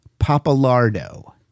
Papalardo